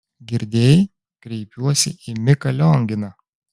girdėjai kreipiuosi į miką lionginą